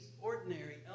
ordinary